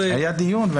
היה דיון.